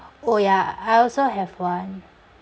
oh ya I also have one